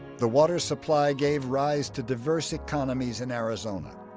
the water supply gave rise to diverse economies in arizona,